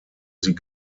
sie